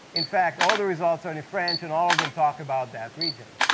in fact, all the results are in in french, and all of them talk about that region.